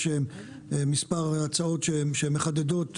יש מספר הצעות שמחדדות,